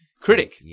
critic